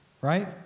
right